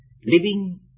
living